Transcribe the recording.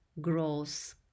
grows